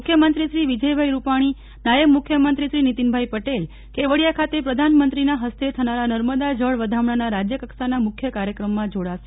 મુખ્યમંત્રી શ્રી વિજયભાઈ રૂપાણી નાયબ મુખ્ય મંત્રી શ્રી નીતિનભાઈ પટેલ કેવડીયા ખાતે પ્રધાનમંત્રીશ્રીના હસ્તે થનારા નર્મદા જળ વધામણાના રાજ્ય કક્ષાના મુખ્ય કાર્યક્રમમાં જોડાશે